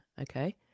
Okay